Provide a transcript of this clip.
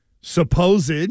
supposed